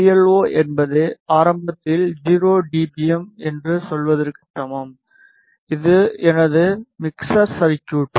B LO P LO என்பது ஆரம்பத்தில் 0 D BM என்று சொல்வதற்கு சமம் இது எனது மிக்ஸர் சர்குய்ட்